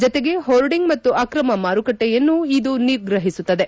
ಜತೆಗೆ ಹೋರ್ಡಿಂಗ್ ಮತ್ತು ಆಕ್ರಮ ಮಾರುಕಟ್ಲೆಯನ್ನು ಇದು ನಿಗ್ರಹಿಸುತ್ತದೆ